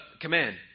command